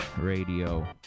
radio